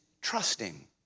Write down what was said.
trusting